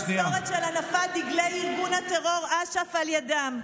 אף החלה מסורת של הנפת דגלי ארגון הטרור אש"ף על ידם.